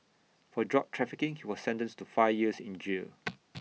for drug trafficking he was sentenced to five years in jail